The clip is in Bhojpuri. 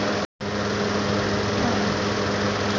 निवेस कईला मे कउन कउन जोखिम उठावे के परि?